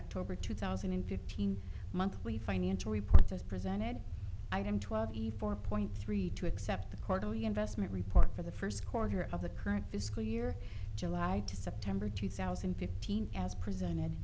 october two thousand and fifteen monthly financial report as presented i'm twenty four point three two accept the quarter you investment report for the first quarter of the current fiscal year july to september two thousand and fifteen as presented